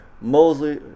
Mosley